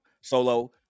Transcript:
solo